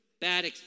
Bad